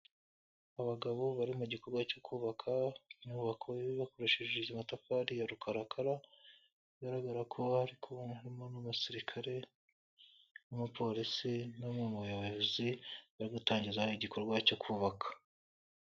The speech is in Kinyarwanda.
Abagabo bari mu gikorwa cyo kubaka inyubako bakoreshejezi matafari ya rukarakara, bigaragara ko bari kumwe n'umusirikare n'umupolisi n'umwe mu bayobozi bari gutangiza igikorwa cyo kubaka.